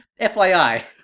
FYI